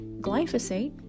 Glyphosate